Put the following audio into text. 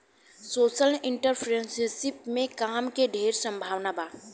social entrepreneurship में काम के ढेर संभावना बा